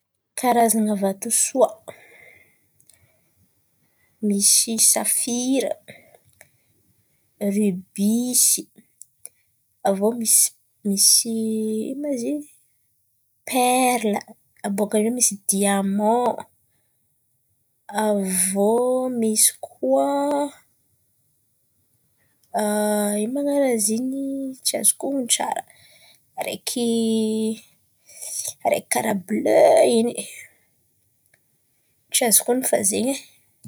Karazan̈a vatosoa: misy safira, ribisy, avy iô misy misy ino mà izy in̈y? Perla, abôkà eo misy diaman, avy iô misy koà ino mà an̈aran'izy in̈y? Tsy azoko on̈ono tsara, araiky araiky karà ble in̈y, tsy azoko on̈ono fa zen̈y e.